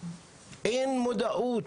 אין מודעות,